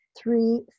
three